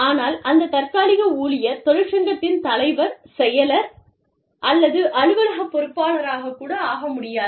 ஆனால் அந்த தற்காலிக ஊழியர் தொழிற்சங்கத்தின் தலைவர் செயலர் அல்லது அலுவலக பொறுப்பாளராகக் கூட ஆக முடியாது